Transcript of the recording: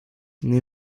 nie